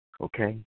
Okay